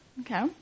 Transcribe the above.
Okay